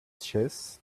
chess